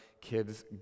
kids